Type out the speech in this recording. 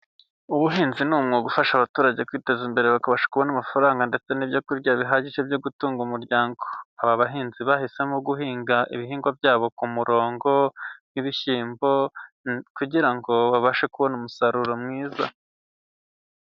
Ubuhinzi ni umwuga ufasha abaturage kwiteza imbere bakabasha kubona amafaranga ndetse n'ibyo kurya bihagije byo gutunga umuryango. Aba bahinzi bahisemo guhinga ibihingwa byabo ku murongo, nk'ibishyimbo kugira ngo babashe kubona umusaruro mwiza.